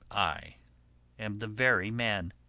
i am the very man